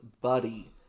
Buddy